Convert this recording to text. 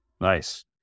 Nice